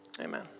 amen